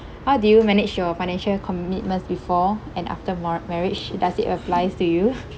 how do you manage your financial commitments before and after mar~ marriage does it applies to you